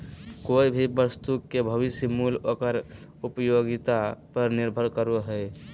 कोय भी वस्तु के भविष्य मूल्य ओकर उपयोगिता पर निर्भर करो हय